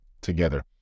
together